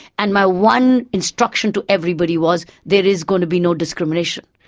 and my one instruction to everybody was, there is going to be no discrimination,